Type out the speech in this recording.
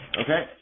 Okay